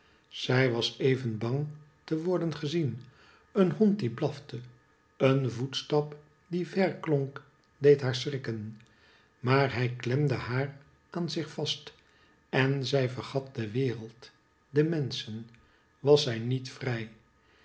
zij was even bang te worden gezien een hond die blafte een voetstap die ver klonk deed haar schrikken maar hij klemde haar aan zich vast en zij vergat de wereld de menschen was zij niet vrij